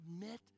admit